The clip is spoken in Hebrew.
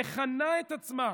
מכנה את עצמה,